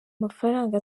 mafaranga